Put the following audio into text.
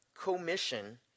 commission